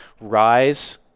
rise